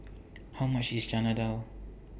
How much IS Chana Dal